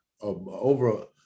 over